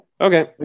Okay